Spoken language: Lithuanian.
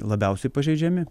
labiausiai pažeidžiami